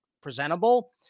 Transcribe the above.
presentable